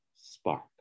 spark